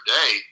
day